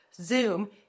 Zoom